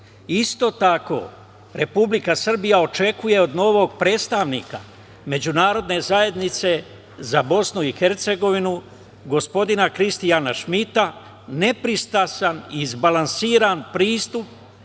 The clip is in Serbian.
isto tako Republika Srbija očekuje od novog predstavnika međunarodne zajednice za BiH, gospodina Kristijana Šmita, nepristrastan izbalansiran pristup